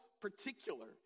particular